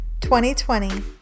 2020